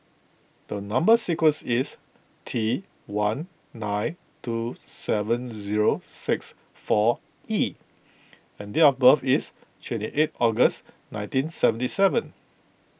the Number Sequence is T one nine two seven zero six four E and date of birth is twenty eight August nineteen seventy seven